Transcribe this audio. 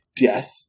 death